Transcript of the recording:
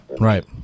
Right